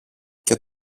και